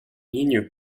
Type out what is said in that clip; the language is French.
lignes